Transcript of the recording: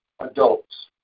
adults